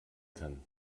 kann